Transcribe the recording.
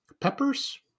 peppers